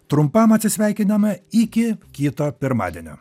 trumpam atsisveikiname iki kito pirmadienio